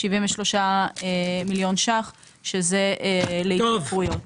73 מיליון ₪ שזה להתייקרויות.